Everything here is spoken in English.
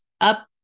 up